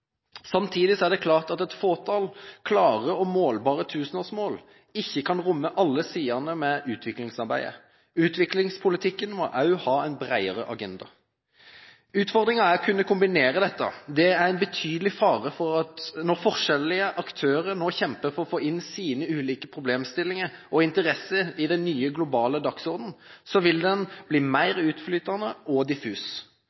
Samtidig er det klart at et fåtall klare og målbare tusenårsmål ikke kan romme alle sider av utviklingsarbeidet. Utviklingspolitikken må også ha en bredere agenda. Utfordringen er å kunne kombinere dette. Det er en betydelig fare for at når forskjellige aktører nå kjemper for å få sine ulike problemstillinger og interesser inn på den nye globale dagsordenen, vil den bli